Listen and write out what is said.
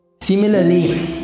Similarly